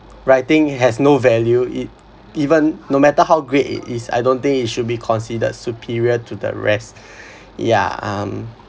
writing has no value it even no matter how great it is I don't think it should be considered superior to the rest yeah um